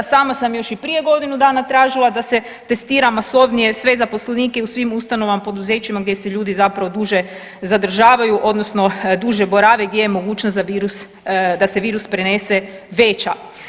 Sama sam još i prije godinu dana tražila da se testira masovnije sve zaposlenike u svim ustanovama i poduzećima gdje se ljudi zapravo duže zadržavaju odnosno duže borave, gdje je mogućnost da virus, da se virus prenese veća.